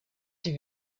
die